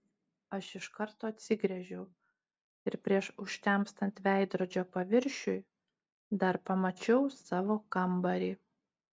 aš iš karto atsigręžiau ir prieš užtemstant veidrodžio paviršiui dar pamačiau savo kambarį